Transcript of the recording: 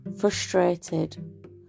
frustrated